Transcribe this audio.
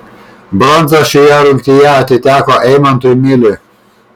bronza šioje rungtyje atiteko eimantui miliui